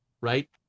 right